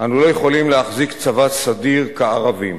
אנו לא יכולים להחזיק צבא סדיר כערבים,